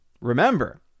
Remember